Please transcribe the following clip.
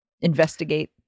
investigate